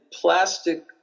plastic